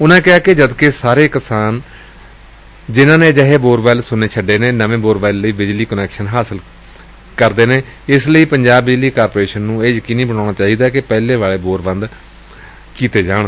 ਉਨੂਾ ਕਿਹਾ ਕਿ ਜਦ ਕਿ ਸਾਰੇ ਕਿਸਾਨਾਂ ਜਿਨੂਾ ਨੇ ਅਜਿਹੇ ਬੋਰਵੈੱਲ ਸੂੰਨੇ ਛੱਡੇ ਨੇ ਨਵੇਂ ਬੋਰਵੈੱਲ ਲਈ ਬਿਜਲੀ ਕੁਨੈਕਸ਼ਨ ਹਾਸਲ ਕੀਤੇ ਹੋਣਗੇ ਇਸ ਲਈ ਪੰਜਾਬ ਬਿਜਲੀ ਕਾਰਪੋਰੇਸ਼ਨ ਨੂੰ ਇਹ ਯਕੀਨੀ ਬਣਾਉਣਾ ਚਾਹੀਦੈ ਕਿ ਪਹਿਲੇ ਬੋਰਵੈੱਲ ਬੰਦ ਕੀਤੇ ਜਾਣ